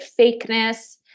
fakeness